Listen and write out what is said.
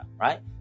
Right